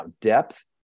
depth